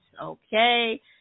Okay